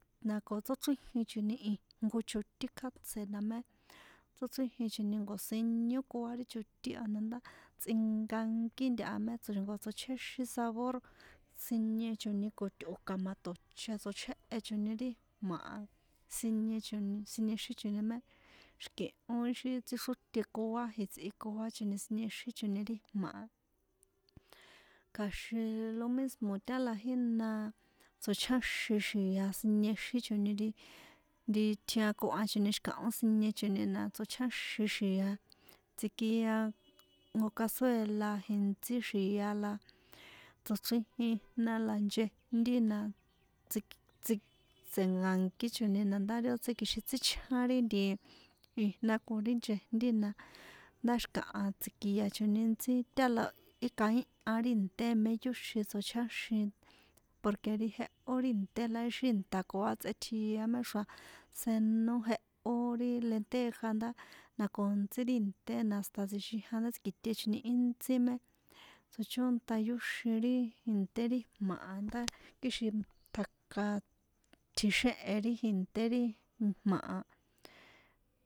Ma ko tsóchríjichoni ijnko chotín kjátse na mé tsóchríjichoni nko̱síniokoa ri chótín a na ndá tsꞌinnnkankí ntaha na mé tso̱ xi̱nko tsochjéxin sabor sineichoni ko tꞌo̱ ka̱maṭo̱che tsochéhechoni ri ijma̱ a siniechoni siniechóni mé xi̱kihó ixi tsíxrotekua jitsꞌikuachoni siniexíchoni ri ijma̱ a kja̱xinn lo mismo tala jína tsochjáxin xia siniexíchoni ri nri tjiankohanchoni xi̱kaho siniechoni na tsochjáxin xia tsikia jnko cazuela jintsí xia la tsochrijin jna la nchejnti na tsi tsi tse̱nka̱nkíchoni na ndá ri ó tsíkjixin tsíchján ri ntiijna ko ri nchejnti na ndá xi̱kaha tsi̱kiachoni ntsí tála í kaínha ri ìnté.